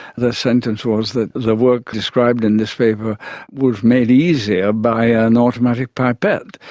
the sentence was that the work described in this paper was made easier by an automatic pipette,